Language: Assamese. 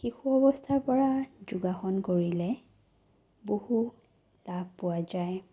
শিশু অৱস্থাৰ পৰা যোগাসন কৰিলে বহু লাভ পোৱা যায়